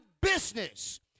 business